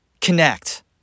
Connect